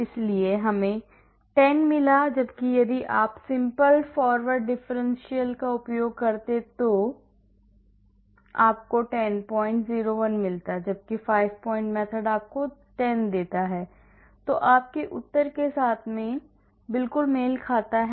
इसलिए हमें 10 मिला जबकि यदि आप एक simple forward differential का उपयोग करते हैं तो आपको 1001 मिलता है जबकि 5 point method आपको 10 देती है जो आपके उत्तर के साथ बिल्कुल मेल खाती है